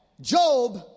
Job